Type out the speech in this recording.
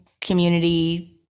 community